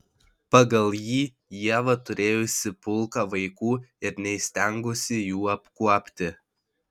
pagal jį ieva turėjusi pulką vaikų ir neįstengusi jų apkuopti